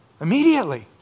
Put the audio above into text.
Immediately